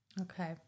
Okay